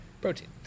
protein